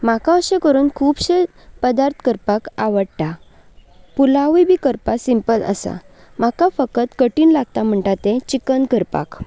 म्हाका अशें करून खूबशे पदार्थ करपाक आवडटा पुलावूय बी करपाक सिंपल आसा म्हाका फकत कठीन लागता म्हणटा तें चिकन करपाक